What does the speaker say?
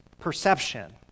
perception